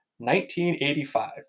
1985